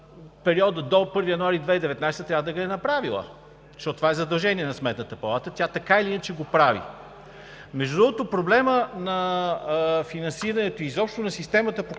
периода до 1 януари 2019 г. трябва да я е направила, защото това е задължение на Сметната палата. Тя така или иначе го прави. Между другото, проблемът на финансирането, изобщо на системата,